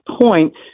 point